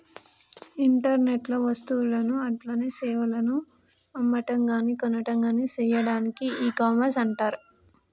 internet లో వస్తువులను అట్లనే సేవలను అమ్మటంగాని కొనటంగాని సెయ్యాడాన్ని ఇకామర్స్ అంటర్